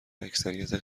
اکثریت